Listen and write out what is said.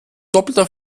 doppelter